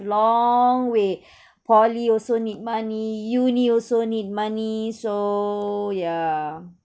long way poly also need money uni also need money so yeah